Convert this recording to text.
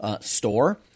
store